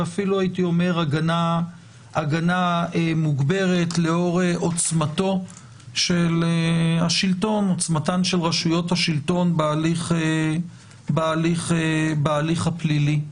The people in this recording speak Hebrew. אפילו הגנה מוגברת לאור עוצמתן של רשויות השלטון בהליך הפלילי.